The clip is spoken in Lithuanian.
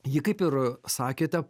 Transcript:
ji kaip ir sakėte